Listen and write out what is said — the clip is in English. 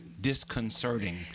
disconcerting